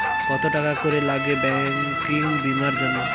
কত টাকা করে লাগে ব্যাঙ্কিং বিমার জন্য?